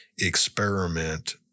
experiment